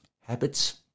Habits